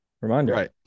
Reminder